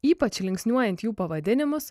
ypač linksniuojant jų pavadinimus